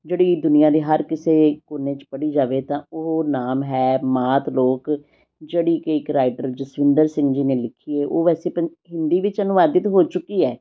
ਜਿਹੜੀ ਦੁਨੀਆ ਦੇ ਹਰ ਕਿਸੇ ਕੋਨੇ 'ਚ ਪੜ੍ਹੀ ਜਾਵੇ ਤਾਂ ਉਹ ਨਾਮ ਹੈ ਮਾਤ ਲੋਕ ਜਿਹੜੀ ਕਿ ਇੱਕ ਰਾਈਟਰ ਜਸਵਿੰਦਰ ਸਿੰਘ ਜੀ ਨੇ ਲਿਖੀ ਹੈ ਉਹ ਵੈਸੇ ਪਨ ਹਿੰਦੀ ਵਿੱਚ ਅਨੁਵਾਦਿਤ ਹੋ ਚੁੱਕੀ ਹੈ